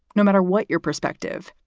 no matter what your perspective,